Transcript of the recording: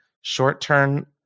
short-term